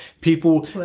people